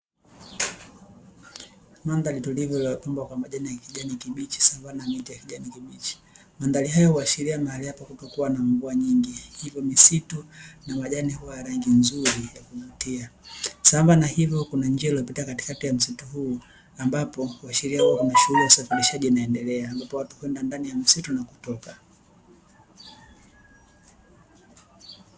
Mandhari tulivu iliyopambwa kwa majani ya kijani kibichi sambamba na miti ya kijani kibichi, mandhari hayo huashiria mahali hapo kutokuwa na mvua nyingi hivyo misitu na majani huwa ya rangi nzuri ya kuvutia. Sambamba na hivyo kuna njia iliyopita katikati ya msimu huu ambapo huashiria kuwa kuna shughuli ya usafirishaji inaendelea ambapo watu huenda ndani ya msitu na kutoka.